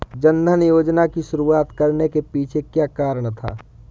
जन धन योजना की शुरुआत करने के पीछे क्या कारण था?